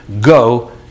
go